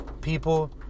people